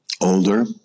older